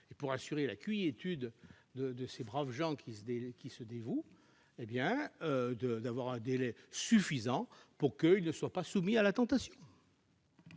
et pour assurer la quiétude de ces braves gens qui se dévouent, de prévoir un délai suffisant pour que ces derniers ne soient pas soumis à la tentation.